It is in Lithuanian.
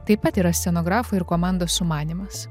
taip pat yra scenografo ir komandos sumanymas